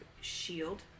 shield